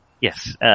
Yes